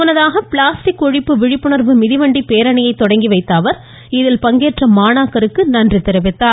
முன்னதாக பிளாஸ்டிக் ஒழிப்பு விழிப்புணர்வு மிதிவண்டி பேரணியை தொடங்கி வைத்த அவர் இதில் பங்கேற்ற மாணாக்கருக்கு நன்றி தெரிவித்தார்